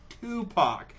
Tupac